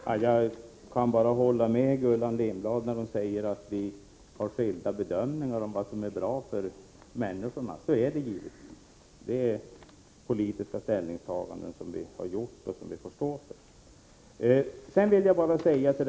Herr talman! Jag kan bara hålla med Gullan Lindblad när hon säger att vi gör skilda bedömningar av vad som är bra för människorna — så är det givetvis. Vi har gjort politiska ställningstaganden som vi får stå för.